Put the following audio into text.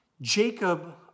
Jacob